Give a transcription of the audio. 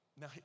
Now